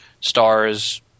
stars